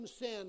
sin